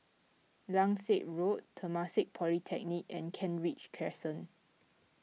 Langsat Road Temasek Polytechnic and Kent Ridge Crescent